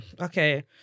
okay